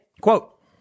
Quote